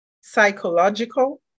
psychological